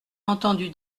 entendu